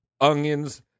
onions